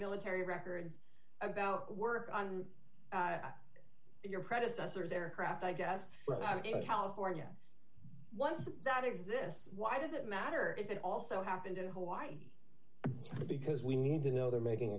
military records about work on your predecessors aircraft i guess but i'm going to california once that exists why does it matter if it also happened in hawaii because we need to know they're making